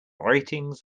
ratings